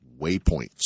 waypoints